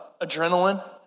adrenaline